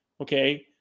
Okay